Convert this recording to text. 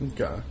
Okay